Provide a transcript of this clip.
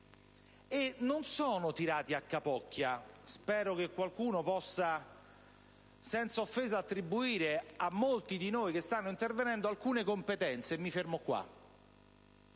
Non sono tirati a "capocchia": spero che qualcuno possa, senza offesa, attribuire a molti di noi che stanno intervenendo alcune competenze, e mi fermo qua.